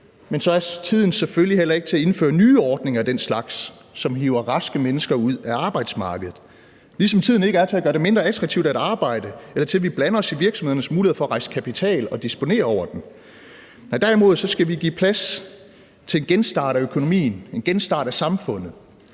men tiden er selvfølgelig heller ikke til at indføre nye ordninger af den slags, som hiver raske mennesker ud af arbejdsmarkedet. Ligesom tiden ikke er til at gøre det mindre attraktivt at arbejde, eller til at vi blander os i virksomhedernes muligheder for at rejse kapital og disponere over den. Nej, derimod skal vi give plads til en genstart af økonomien, en genstart af samfundet,